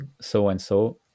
so-and-so